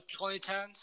2010